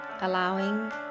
allowing